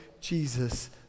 Jesus